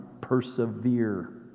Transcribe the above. persevere